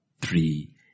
three